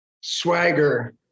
Swagger